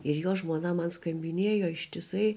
ir jo žmona man skambinėjo ištisai